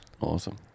Awesome